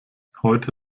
heute